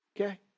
Okay